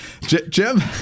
Jim